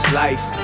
life